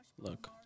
Look